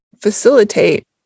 facilitate